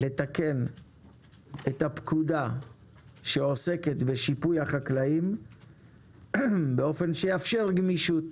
לתקן את הפקודה שעוסקת בשיפוי החקלאים באופן שיאפשר גמישות